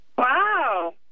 Wow